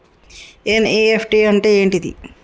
NEFT అంటే ఏంటిది?